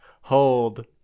hold